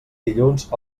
dilluns